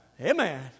Amen